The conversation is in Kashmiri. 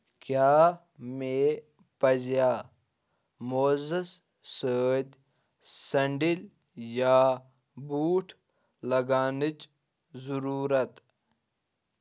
کیٛاہ مے پَزیا موزس سۭتۍ سینڈل یا بوٗٹھ لاگنچٕ ضروٗرت ؟